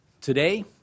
Today